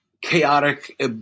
chaotic